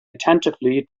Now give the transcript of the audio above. attentively